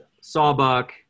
sawbuck